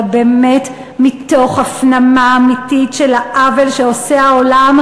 אלא באמת מתוך הפנמה אמיתית של העוול שעושה העולם